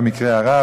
במקרה הרע,